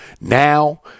now